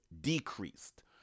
decreased